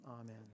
Amen